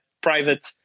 private